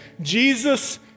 Jesus